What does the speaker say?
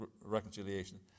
reconciliation